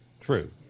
True